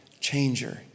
changer